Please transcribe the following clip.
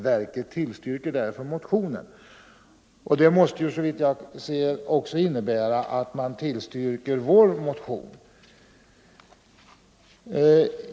Verket tillstyrker där — inom charterflyget, för motionen.” m.m. Det måste såvitt jag ser innebära att man också tillstyrker vår motion.